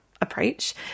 approach